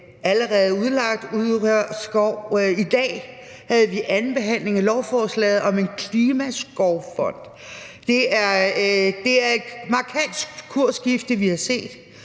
allerede udlagt urørt skov, og i dag ved andenbehandlingen af lovforslaget om en klimaskovfond. Det er et markant kursskifte, vi har set,